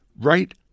right